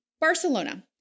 Barcelona